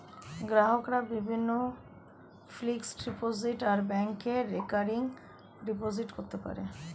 গ্রাহকরা বিভিন্ন fixed deposit আর ব্যাংকে রেকারিং ডিপোজিট করতে পারে